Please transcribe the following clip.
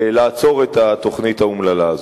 לעצור את התוכנית האומללה הזאת.